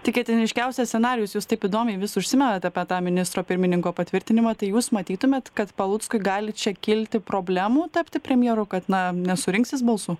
tikėtiniškiausias scenarijus jūs taip įdomiai vis užsimenant apie tą ministro pirmininko patvirtinimą tai jūs matytumėt kad paluckui gali čia kilti problemų tapti premjeru kad na nesurinks jis balsų